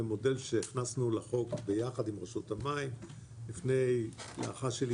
מודל שהכנסנו לחוק ביחד עם רשות המים לפני --- וזה